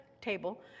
table